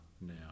now